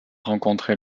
rencontré